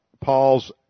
Paul's